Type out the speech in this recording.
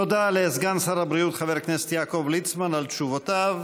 תודה לסגן שר הבריאות חבר הכנסת יעקב ליצמן על תשובותיו.